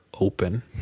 open